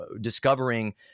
discovering